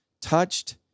touched